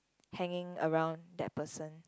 hanging around that person